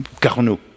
Carnot